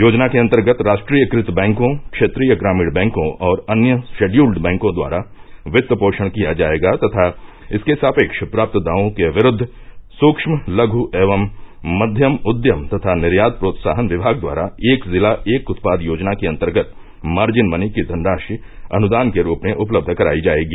योजना के अन्तर्गत राष्ट्रीयकृत बैंकों क्षेत्रीय ग्रामीण बैंकों और अन्य शेडयुल्ड बैंकों द्वारा वित्त पोषण किया जायेगा तथा इसके सापेक्ष प्राप्त दावों के विरूद्व सूत्म लघू एवं मध्यम उद्यम तथा निर्यात प्रोत्साहन विभाग द्वारा एक जिला एक उत्पाद योजना के अन्तर्गत मार्जिन मनी की धनराशि अनुदान के रूप में उपलब्ध कराई जायेगी